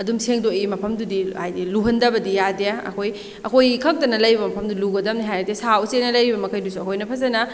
ꯑꯗꯨꯝ ꯁꯦꯡꯗꯣꯛꯏ ꯃꯐꯝꯗꯨꯗꯤ ꯍꯥꯏꯕꯗꯤ ꯂꯨꯍꯟꯗꯕꯗꯤ ꯌꯥꯗꯦ ꯑꯩꯈꯣꯏ ꯑꯩꯈꯣꯏ ꯈꯛꯇꯅ ꯂꯩꯕ ꯃꯐꯝꯗꯨ ꯂꯨꯒꯗꯕꯅꯦ ꯍꯥꯏꯔꯗꯤ ꯁꯥ ꯎꯆꯦꯛꯅ ꯂꯩꯔꯤꯕ ꯃꯈꯩꯗꯨꯁꯨ ꯑꯩꯈꯣꯏꯅ ꯐꯖꯅ